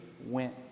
went